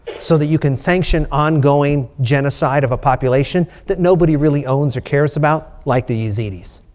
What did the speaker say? so that you can sanction ongoing genocide of a population that nobody really owns or cares about, like these yazidis.